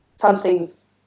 something's